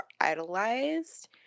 idolized